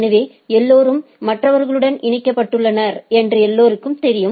எனவே எல்லோரும் மற்றவர்களுடன் இணைக்கப்பட்டுள்ளனா் என்று எல்லோருக்கும் தெரியும்